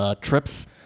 trips